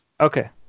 Okay